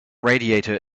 radiator